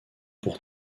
pour